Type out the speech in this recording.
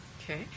Okay